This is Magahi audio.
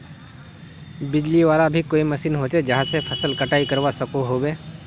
बिजली वाला भी कोई मशीन होचे जहा से फसल कटाई करवा सकोहो होबे?